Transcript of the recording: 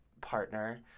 partner